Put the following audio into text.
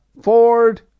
Ford